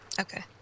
Okay